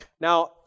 Now